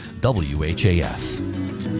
whas